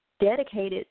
dedicated